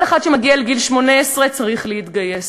כל אחד שמגיע לגיל 18 צריך להתגייס,